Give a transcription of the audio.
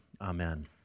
amen